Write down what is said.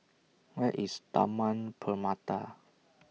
Where IS Taman Permata